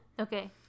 Okay